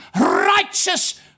righteous